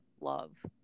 love